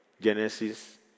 Genesis